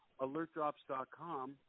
alertdrops.com